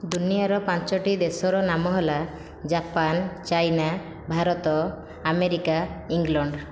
ଦୁନିଆର ପାଞ୍ଚଟି ଦେଶର ନାମ ହେଲା Japan China Bharat America England